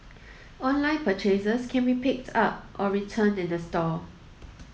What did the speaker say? online purchases can be picked up or returned in the store